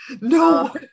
No